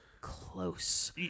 close